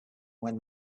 when